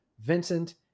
Vincent